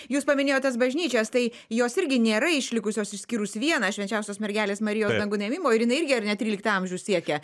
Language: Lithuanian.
jūs paminėjot tas bažnyčias tai jos irgi nėra išlikusios išskyrus vieną švenčiausios mergelės marijos dangun ėmimo ir jinai irgi ar ne tryliktą amžių siekia